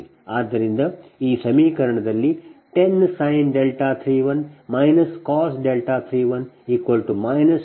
5 ಆದ್ದರಿಂದ ಈ ಸಮೀಕರಣದಲ್ಲಿ 10sin 31 cos 31 2